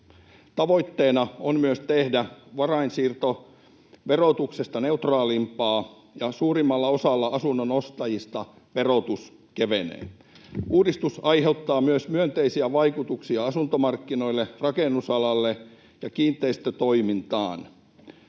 Tavoitteena on myös tehdä varainsiirtoverotuksesta neutraalimpaa, ja suurimmalla osalla asunnon ostajista verotus kevenee. Uudistus aiheuttaa myös myönteisiä vaikutuksia asuntomarkkinoihin, rakennusalaan ja kiinteistötoimintaan.